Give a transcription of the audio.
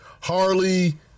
Harley